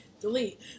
delete